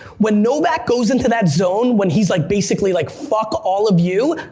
when novak goes into that zone, when he's like basically like fuck all of you,